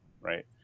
right